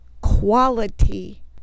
quality